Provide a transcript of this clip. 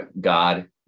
God